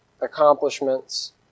accomplishments